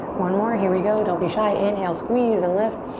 one more, here we go. don't be shy. inhale, squeeze and lift.